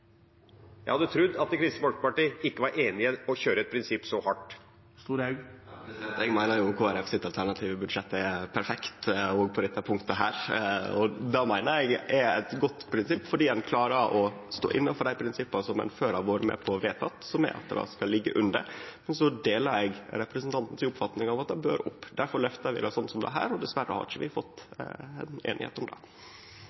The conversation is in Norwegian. Eg meiner at det alternative budsjettet til Kristeleg Folkeparti er perfekt òg på dette punktet. Eg meiner det er eit godt prinsipp fordi ein klarer å stå på dei prinsippa som ein har før vore med på å vedta, og som er at det skal liggje under. Eg deler oppfatninga til representanten Lundteigen om at det bør hevast. Difor løftar vi det slik som dette, men dessverre har vi ikkje fått